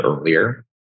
earlier